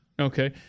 Okay